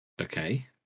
okay